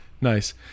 Nice